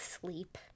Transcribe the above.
sleep